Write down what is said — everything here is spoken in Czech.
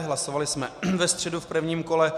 Hlasovali jsme ve středu v prvním kole.